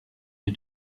you